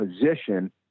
position